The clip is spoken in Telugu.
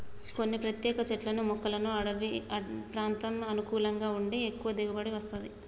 కొన్ని ప్రత్యేక చెట్లను మొక్కలకు అడివి ప్రాంతం అనుకూలంగా ఉండి ఎక్కువ దిగుబడి వత్తది